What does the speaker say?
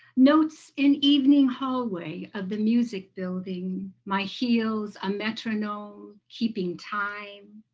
notes in evening hallway of the music building my heels a metronome, keeping time.